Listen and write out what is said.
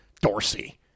Dorsey